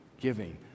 giving